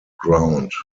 ground